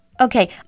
Okay